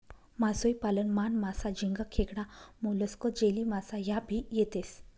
मासोई पालन मान, मासा, झिंगा, खेकडा, मोलस्क, जेलीमासा ह्या भी येतेस